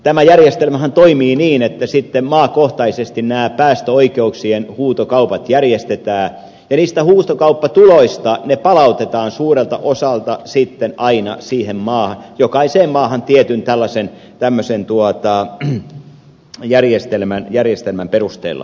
tämä järjestelmähän toimii niin että sitten maakohtaisesti nämä päästöoikeuksien huutokaupat järjestetään ja ne huutokauppatulot palautetaan suurelta osalta sitten aina jokaiseen maahan tietyn tämmöisen järjestelmän perusteella